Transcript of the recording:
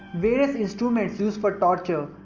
various instruments used for torture,